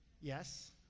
yes